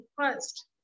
first